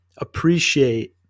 appreciate